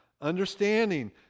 understanding